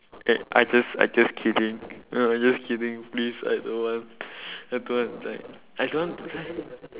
eh I just I just kidding ya I just kidding please I don't want I don't want to die I don't want to die